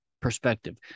perspective